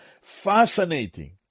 fascinating